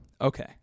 Okay